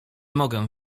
mogę